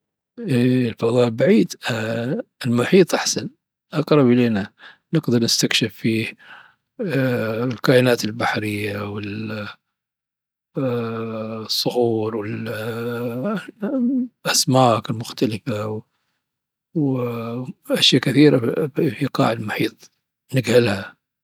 ايه، الفضاء بعيد. المحيط أحسن أقرب الينا، نقدر نستكشف فيه الكائنات البحرية والصخور والأسماك المختلفة وأشياء كثيرة في في قاع المحيط نجهلها.